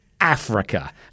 Africa